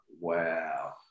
wow